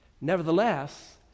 Nevertheless